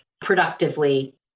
productively